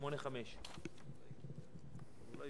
אולי,